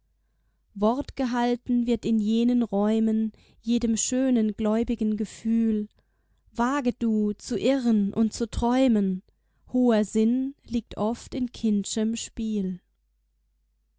wort gehalten wird in jenen räumen jedem schönen gläubigen gefühl wage du zu irren und zu träumen hoher sinn liegt oft in kind'schem spiel